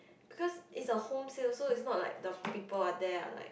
because is the home sale so is not like the people or they are like